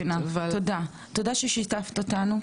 ברור אני מבינה, תודה ששיתפת אותנו.